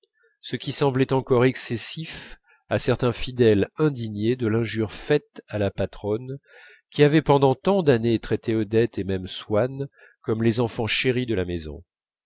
ce qui semblait encore excessif à certains fidèles indignés de l'injure faite à la patronne qui avait pendant tant d'années traité odette et même swann comme les enfants chéris de la maison